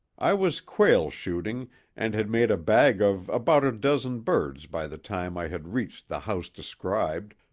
i was quail-shooting and had made a bag of about a dozen birds by the time i had reached the house described,